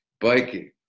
biking